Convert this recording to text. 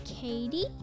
Katie